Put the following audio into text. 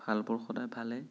ভালবোৰ সদায় ভালেই